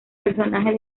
personaje